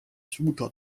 suuda